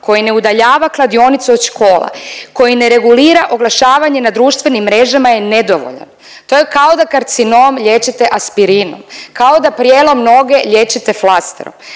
koji ne udaljava kladionicu od škola, koji ne regulira oglašavanje na društvenim mrežama je nedovoljan. To je kao da karcinom liječite aspirinom, kao da prijelom noge liječite flasterom.